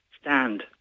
stand